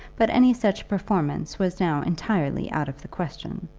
but any such performance was now entirely out of the question.